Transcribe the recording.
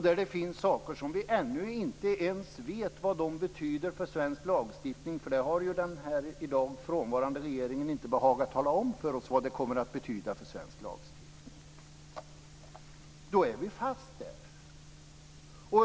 Där finns det saker som vi ännu inte ens vet vad de betyder för svensk lagstiftning. Den i dag frånvarande regeringen har inte behagat att tala om för oss vad det kommer att betyda för svensk lagstiftning. Men då är vi fast där.